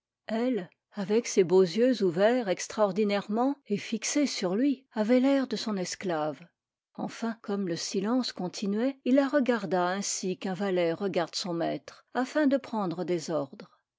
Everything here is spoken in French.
avec ses beaux yeux ouverts extraordinairement et fixés sur lui avait l'air de son esclave enfin comme le silence continuait il la regarda ainsi qu'un valet regarde son maître afin de prendre des ordres